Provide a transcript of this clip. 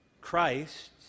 Christ